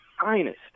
finest